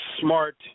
smart